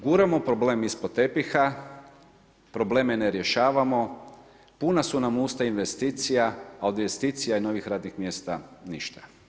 Guramo problem ispod tepiha, probleme ne rješavamo, puna su nam usta investicija, a od investicija i novih radnih mjesta ništa.